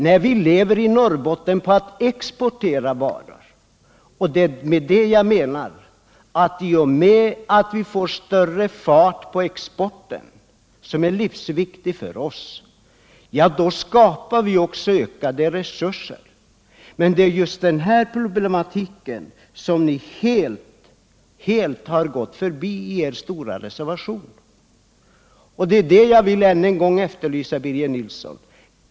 Nej, vi lever på att exportera varor och jag menar alltså att vi, genom att vi får större fart på exporten, som är livsviktig för oss, också skapar ökade resurser. Det är just den här problematiken som ni helt har gått förbi i er stora reservation. Det är ett besked därvidlag som jag än en gång vill efterlysa, Birger Nilsson.